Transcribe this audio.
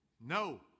No